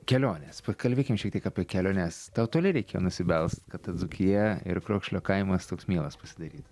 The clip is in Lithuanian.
kelionės pakalbėkim šiek tiek apie keliones tau toli reikėjo nusibelst kad ta dzūkija ir krokšlio kaimas toks mielas pasidarytų